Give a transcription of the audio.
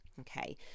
okay